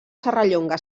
serrallonga